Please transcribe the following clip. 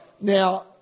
Now